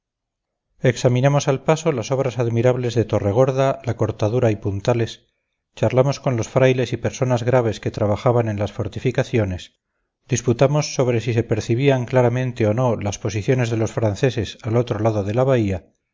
examinamos al paso las obras admirables de torregorda la cortadura y puntales charlamos con los frailes y personas graves que trabajaban en las fortificaciones disputamos sobre si se percibían claramente o no las posiciones de los franceses al otro lado de la bahía